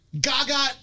Gaga